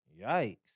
yikes